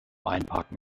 einparken